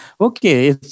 okay